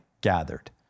gathered